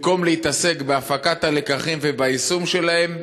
במקום להתעסק בהפקת הלקחים וביישום שלהם,